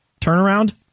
turnaround